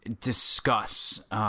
discuss –